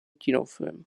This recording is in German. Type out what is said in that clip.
kinofilmen